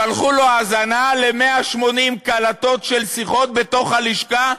שלחו לו האזנה ל-180 קלטות של שיחות בתוך הלשכה,